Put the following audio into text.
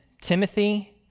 Timothy